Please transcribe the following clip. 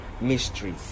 mysteries